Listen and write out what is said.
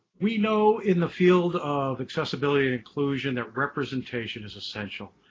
we know in the field of accessibility inclusion that representation is essential.